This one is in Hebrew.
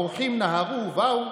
האורחים נהרו ובאו,